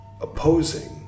opposing